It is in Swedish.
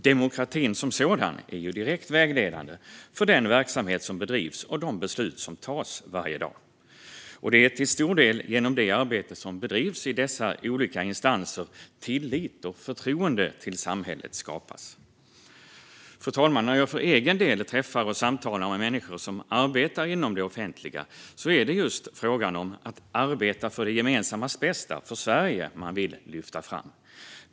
Demokratin som sådan är ju direkt vägledande för den verksamhet som bedrivs och de beslut som tas varje dag. Det är till stor del genom det arbete som bedrivs i dessa olika instanser som tillit och förtroende till samhället skapas. Fru talman! När jag för egen del träffar och samtalar med människor som arbetar inom det offentliga är det just frågan om att arbeta för det gemensamma bästa, för Sverige, man vill lyfta fram.